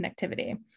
connectivity